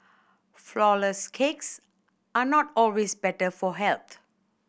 flourless cakes are not always better for health